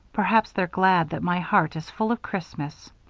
perhaps they're glad that my heart is full of christmas.